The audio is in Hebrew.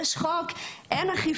יש חוק אבל אין אכיפה.